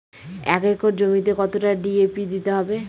এক একর জমিতে কতটা ডি.এ.পি দিতে হবে?